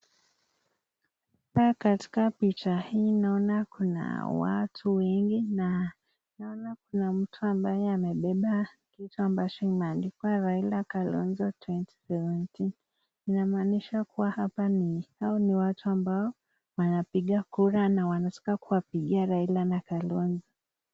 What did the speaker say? Hapa katika picha hii naona kuna watu wengi na naona kuna mtu ambaye amebeba kitu ambacho imeandikwa Raila Kalonzo 2017. Inamaanisha kuwa hapa ni, hao ni watu ambao wanapiga kura na wanataka kuwapigia Raila na Kalonzo.